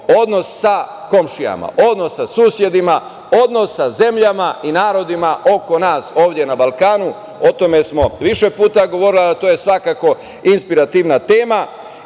odnos sa komšijama, odnos sa susedima, odnos sa zemljama i narodima oko nas ovde na Balkanu. O tome smo više puta govorili, a to je svako inspirativna tema.